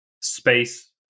space